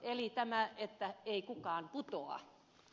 eli tämä että ei kukaan putoa